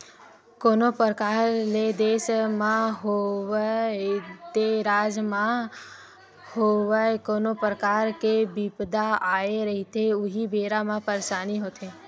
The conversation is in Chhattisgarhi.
कोनो परकार ले देस म होवय ते राज म होवय कोनो परकार के बिपदा आए रहिथे उही बेरा म परसानी होथे